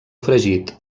fregit